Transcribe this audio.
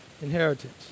inheritance